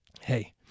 hey